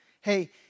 hey